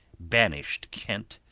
banish'd kent,